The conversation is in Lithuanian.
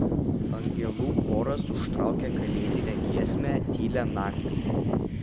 angelų choras užtraukė kalėdinę giesmę tylią naktį